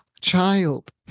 child